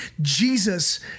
Jesus